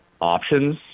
options